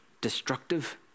destructive